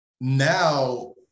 Now